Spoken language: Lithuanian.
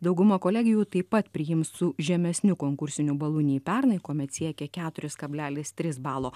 dauguma kolegijų taip pat priims su žemesniu konkursiniu balu nei pernai kuomet siekė keturis kablelis tris balo